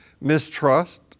mistrust